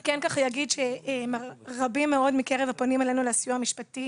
רבים מאוד מקרב הפונים אלינו לסיוע המשפטי